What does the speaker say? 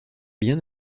bien